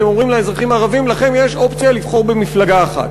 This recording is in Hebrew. אתם אומרים לאזרחים הערבים: לכם יש אופציה לבחור במפלגה אחת,